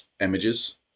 images